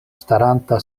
staranta